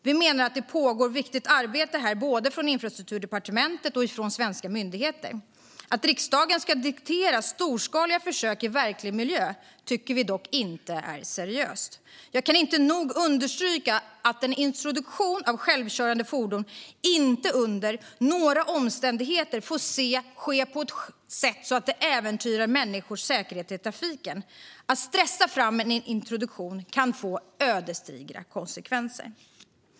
Vi menar att det pågår viktigt arbete här både från Infrastrukturdepartementet och från svenska myndigheter. Att riksdagen ska diktera storskaliga försök i verklig miljö tycker vi dock inte är seriöst. Jag kan inte nog understryka att en introduktion av självkörande fordon inte under några omständigheter får ske på ett sätt som äventyrar människors säkerhet i trafiken. Att stressa fram en introduktion kan få ödesdigra konsekvenser.